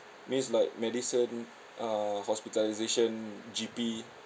means like medicine uh hospitalisation G_P